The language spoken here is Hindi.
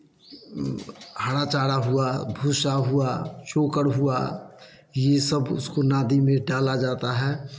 हरा चारा हुआ भूसा हुआ चोकर हुआ यह सब उसको नादी में डाला जाता है